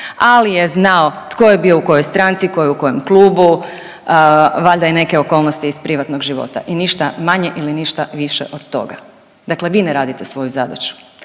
ali je znao tko je bio u kojoj stranci, tko je u kojem klubu, valjda i neke okolnosti iz privatnog života i ništa manje ili ništa više od toga. Dakle vi ne radite svoju zadaću.